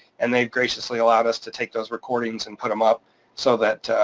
and they've graciously allowed us to take those recordings and put them up so that.